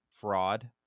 fraud